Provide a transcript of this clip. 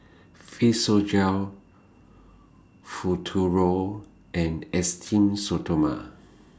Physiogel Futuro and Esteem Stoma